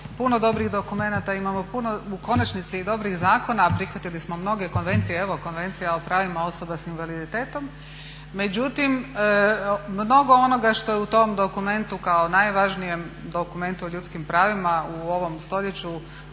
puno dobrih dokumenata, imamo puno u konačnici i dobrih zakona a prihvatili smo mnoge konvencije, evo konvencija o pravima osoba s invaliditetom. Mnogo onoga što je u tom dokumentu kao najvažnijem dokumentu o ljudskim pravima u ovom stoljeću